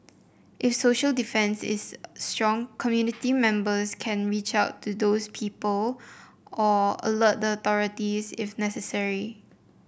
if social defence is strong community members can reach out to these people or alert the authorities if necessary